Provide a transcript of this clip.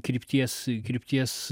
krypties krypties